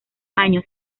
años